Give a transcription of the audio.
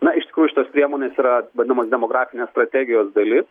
na iš tikrųjų šitos priemonės yra vadinamos demografinės strategijos dalis